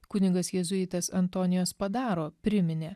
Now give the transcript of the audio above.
kunigas jėzuitas antonijo spadaro priminė